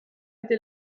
été